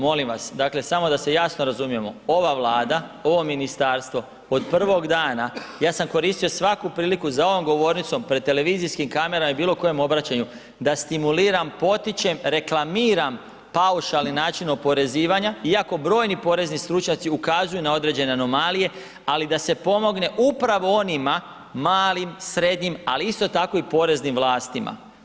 Molim vas dakle samo da se jasno razumijemo, ova Vlada, ovo ministarstvo od prvog dana, ja sam koristio svaku priliku za ovom govornicom, pred televizijskim kamerama i bilo kojem obraćanju da stimuliram potičem, reklamiram paušalni način oporezivanja iako brojni porezni stručnjaci ukazuju na određene anomalije, ali da se pomogne upravo onima malim, srednjim, ali isto tako i poreznim vlastima.